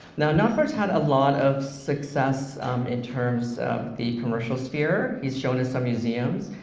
now, natvar's had a lot of success in terms of the commercial sphere. he's shown at some museums,